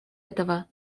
этого